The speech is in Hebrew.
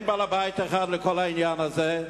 ואין בעל-בית אחד לכל העניין הזה.